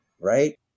right